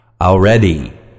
Already